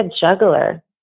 juggler